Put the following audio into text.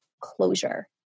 closure